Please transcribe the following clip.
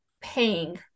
paying